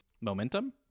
Momentum